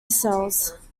cells